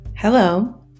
Hello